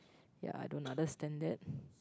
yeah I don't understand that